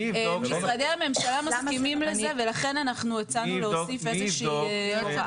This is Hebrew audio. משרדי הממשלה מסכימים לזה ולכן אנחנו הצענו להוסיף איזושהי הוראה.